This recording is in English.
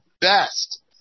best